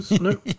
no